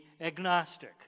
agnostic